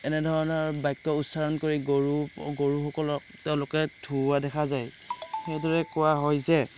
এনেধৰণৰ বাক্য় উচ্চাৰণ কৰি গৰু গৰুসকলক তেওঁলোকে ধুওৱা দেখা যায় সেইদৰে কোৱা হয় যে